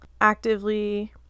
actively